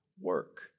work